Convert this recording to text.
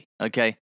Okay